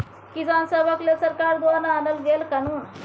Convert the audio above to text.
किसान सभक लेल सरकार द्वारा आनल गेल कानुन